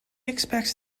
expects